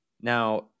Now